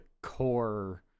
core